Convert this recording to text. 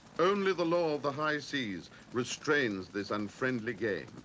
only the law of the high seas restrains this unfriendly game,